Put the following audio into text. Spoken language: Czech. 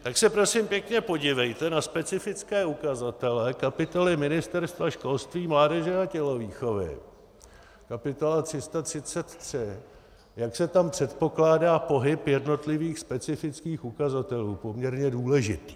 Tak se prosím pěkně podívejte na specifické ukazatele kapitoly Ministerstva školství, mládeže a tělovýchovy, kapitola 333, jak se tam předpokládá pohyb jednotlivých specifických ukazatelů, poměrně důležitý.